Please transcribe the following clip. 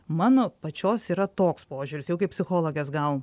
mano pačios yra toks požiūris jau kaip psichologės gal